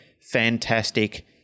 fantastic